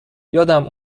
یادم